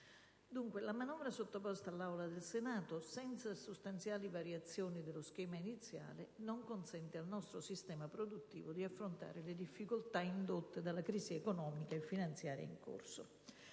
La manovra sottoposta all'Aula del Senato, senza sostanziali variazioni dello schema iniziale, non consente al nostro sistema produttivo di affrontare le difficoltà indotte dalla crisi economica e finanziaria in corso.